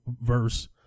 verse